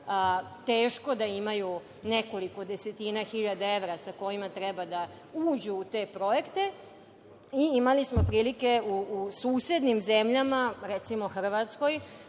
teško da imaju nekoliko desetina hiljada evra sa kojima treba da uđu u te projekte. Imali smo prilike u susednim zemljama, recimo Hrvatskoj